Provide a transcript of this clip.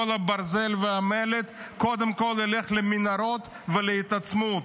הברזל והמלט קודם כול ילכו למנהרות ולהתעצמות.